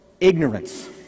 ignorance